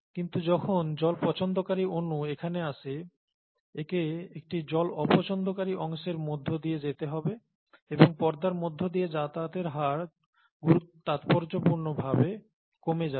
কিন্তু যখন জল পছন্দকারী অণু এখানে আসে একে একটি জল অপছন্দকারী অংশের মধ্যে দিয়ে যেতে হবে এবং পর্দার মধ্য দিয়ে যাতায়াতের হার তাৎপর্যপূর্ণভাবে কমে যাবে